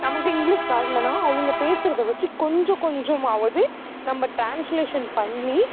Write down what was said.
நமக்கு இங்கிலிஷ் வரலைன்னா அவங்க பேசுறதை வச்சு கொஞ்ச கொஞ்சமாவது நம்ப ட்ரான்ஸ்லேஷன் பண்ணி